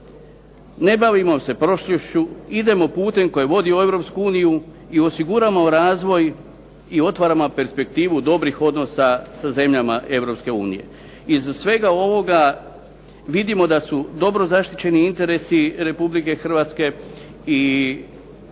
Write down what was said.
Ne bavimo se prošlošću, idemo putem koji vodi u EU i osiguramo razvoj i otvaramo perspektivu dobrih odnosa sa zemljama EU. Iz svega ovoga vidimo da su dobro zaštićeni interesi RH i HSS